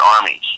armies